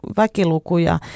väkilukuja